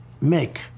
make